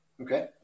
Okay